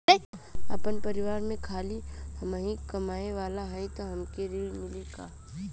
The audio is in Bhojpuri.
आपन परिवार में खाली हमहीं कमाये वाला हई तह हमके ऋण मिली?